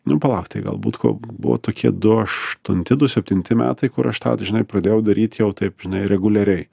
nu palauk tai galbūt buvo tokie du aštunti du septinti metai kur aš tą žinai pradėjau daryt jau taip žinai reguliariai